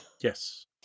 Yes